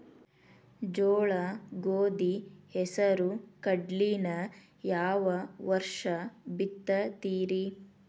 ಜೋಳ, ಗೋಧಿ, ಹೆಸರು, ಕಡ್ಲಿನ ಯಾವ ವರ್ಷ ಬಿತ್ತತಿರಿ?